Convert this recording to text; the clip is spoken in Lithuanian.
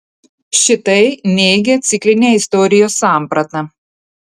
šitai neigia ciklinę istorijos sampratą